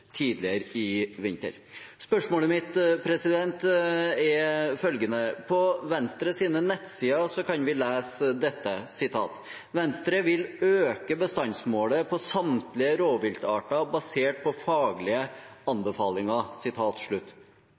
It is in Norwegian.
tidligere i vinter. Spørsmålet mitt er følgende, for på Venstres nettsider kan vi lese at Venstre vil «øke bestandsmålet på samtlige rovviltarter basert på faglige anbefalinger»: